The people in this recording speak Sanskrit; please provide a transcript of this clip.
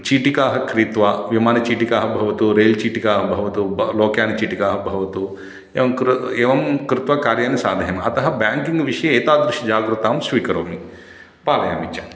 चीटिकाः क्रीत्वा विमानचीटिकाःभवन्तु रेल्चीटिकाः भवन्तु भौ लोकयानचीटिकाः भवन्तु एवं कृ एवं कृत्वा कार्याणि साधयामि अतः ब्यान्किङ्ग् विषये एतादृशी जागृकतां स्वीकरोमि पालयामि च